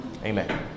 Amen